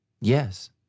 Yes